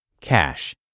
cash